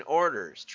orders